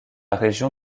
région